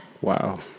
Wow